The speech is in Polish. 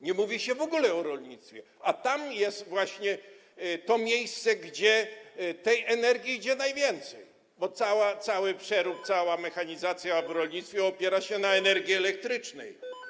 Nie mówi się w ogóle o rolnictwie, a to jest właśnie to miejsce, gdzie tej energii idzie najwięcej, bo cały przerób, cała mechanizacja w rolnictwie opiera się na energii elektrycznej.